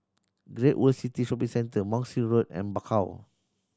Great World City Shopping Centre Monk's Road and Bakau